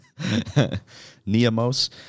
Niamos